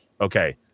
okay